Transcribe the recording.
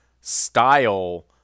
style